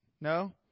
No